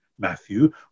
Matthew